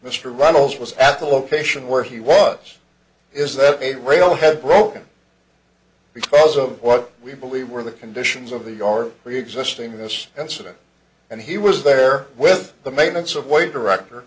mr runnels was at the location where he was is that a rail head broken because of what we believe were the conditions of the our preexisting this incident and he was there with the maintenance of way director